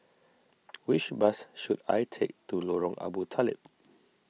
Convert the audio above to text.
which bus should I take to Lorong Abu Talib